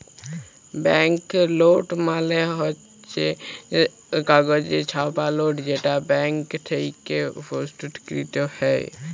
bank note মালে হচ্ছ কাগজে ছাপা লোট যেটা ব্যাঙ্ক থেক্যে প্রস্তুতকৃত হ্যয়